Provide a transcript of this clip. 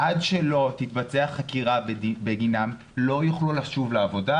עד שלא תתבצע חקירה בגינם הם לא יוכלו לשוב לעבודה,